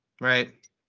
right